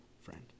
friend